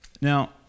Now